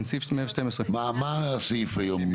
כן, סעיף 112. מה הסעיף בעצם?